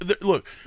look